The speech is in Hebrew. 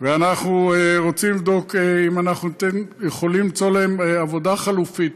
ואנחנו רוצים לבדוק אם אנחנו יכולים למצוא להם עבודה חלופית,